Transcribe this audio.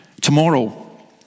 tomorrow